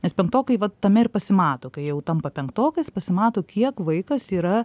nes penktokai va tame ir pasimato kai jau tampa penktokais pasimato kiek vaikas yra